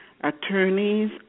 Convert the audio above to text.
attorneys